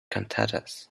cantatas